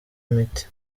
imiti